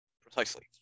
Precisely